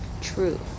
True